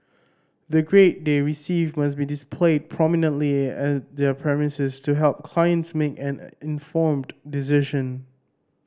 the grade they receive must be displayed prominently at their premises to help clients make an informed decision